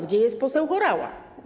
Gdzie jest poseł Horała?